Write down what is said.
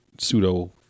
Pseudo